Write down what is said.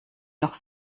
noch